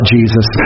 Jesus